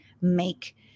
make